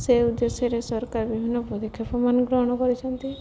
ସେ ଉଦ୍ଦେଶ୍ୟରେ ସରକାର ବିଭିନ୍ନ ପଦକ୍ଷେପମାନ ଗ୍ରହଣ କରିଛନ୍ତି